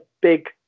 big